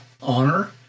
honor